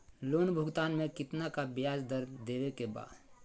Loan भुगतान में कितना का ब्याज दर देवें के बा?